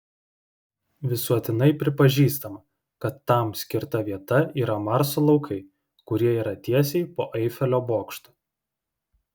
visuotinai pripažįstama kad tam skirta vieta yra marso laukai kurie yra tiesiai po eifelio bokštu